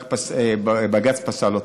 רק בג"ץ פסל אותו.